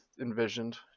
envisioned